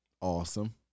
Awesome